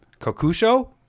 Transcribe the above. kokusho